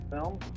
film